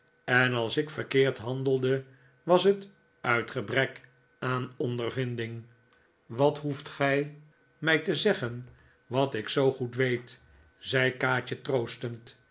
en als ik verkeerd handelde was het uit gebrek aan ondervinding wat hoeft gij mij te zeggen wat ik zoo goed weet zei kaatje troostend